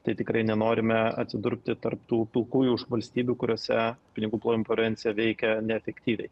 tai tikrai nenorime atsidurti tarp tų pilkųjų valstybių kuriose pinigų plovimo prevencija veikia neefektyviai